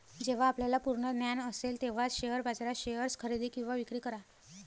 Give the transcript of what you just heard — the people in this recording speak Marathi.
जेव्हा आपल्याला पूर्ण ज्ञान असेल तेव्हाच शेअर बाजारात शेअर्स खरेदी किंवा विक्री करा